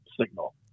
signal